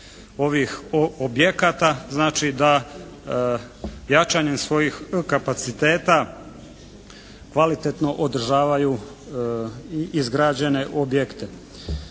ovih objekata znači da jačanjem svojih kapaciteta kvalitetno održavaju i izgrađene objekte.